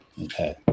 Okay